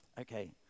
okay